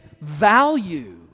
value